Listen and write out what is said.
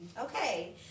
Okay